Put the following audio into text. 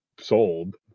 Sold